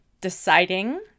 deciding